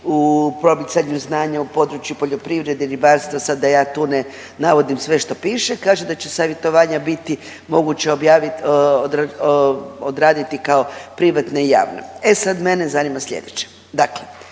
u promicanju znanja, u području poljoprivrede, ribarstva sad da ja tu ne navodim sve što piše, kaže da će savjetovanja biti moguće odraditi kao privatne i javno. E sad mene zanima sljedeće,